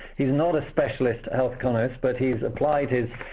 he's not a specialist, a health economist, but he's applied his